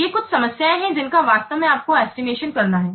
ये कुछ समस्याएं हैं जिनका वास्तव में आपको एस्टिमेशन करना है